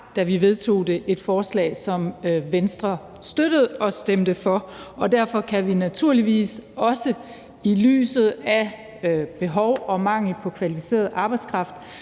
da vi vedtog det, et forslag, som Venstre støttede og stemte for. Derfor kan vi naturligvis også, i lyset af behov for og mangel på kvalificeret arbejdskraft,